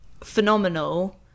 phenomenal